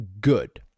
good